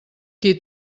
qui